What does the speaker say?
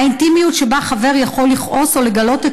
האינטימיות שבה חבר יכול לכעוס או לגלות את